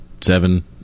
seven